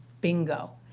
bingo.